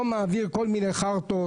או מעביר כל מיני חרטות,